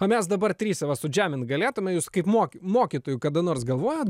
o mes dabar trise va sudžiamint galėtume jus kaip mokė mokytoju kada nors galvojot